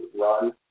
Run